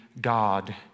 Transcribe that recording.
God